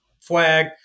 flag